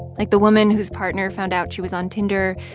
like the woman whose partner found out she was on tinder,